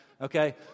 okay